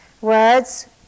Words